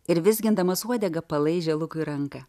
ir vizgindamas uodegą palaižė lukui ranką